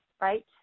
right